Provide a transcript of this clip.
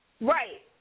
Right